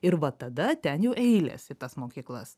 ir va tada ten jau eilės į tas mokyklas